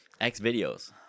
X-Videos